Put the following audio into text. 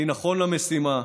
אני נכון למשימה,